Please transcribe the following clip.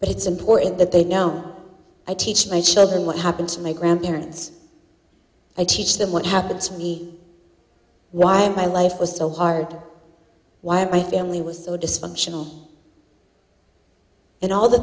but it's important that they know i teach my children what happened to my grandparents i teach them what happens we why my life was so hard wired my family was so dysfunctional and all the